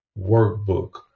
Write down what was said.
Workbook